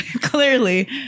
Clearly